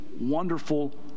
Wonderful